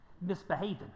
misbehaving